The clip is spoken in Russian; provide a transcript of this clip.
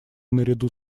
наряду